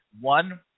one